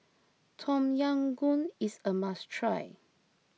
Tom Yam Goong is a must try